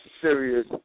serious